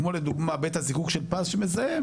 כמו לדוגמה בית הזיקוק של פז שמזהם.